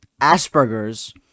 asperger's